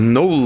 no